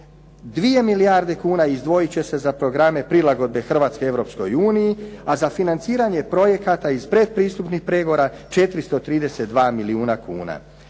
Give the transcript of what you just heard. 2 milijarde kuna izdvojit će se za programe prilagodbe Hrvatske Europskoj uniji, a za financiranje projekata iz pretpristupnih pregovora 432 milijuna kuna.